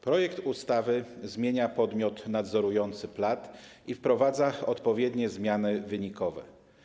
Projekt ustawy zmienia podmiot nadzorujący PLAD i wprowadza odpowiednie zmiany wynikowe.